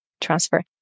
transfer